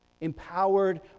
empowered